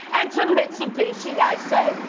and to mitsubishi i say,